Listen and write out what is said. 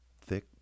thick